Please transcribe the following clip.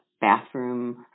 bathroom